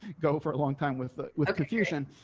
go for a long time with with confusion.